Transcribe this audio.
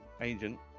agent